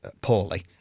poorly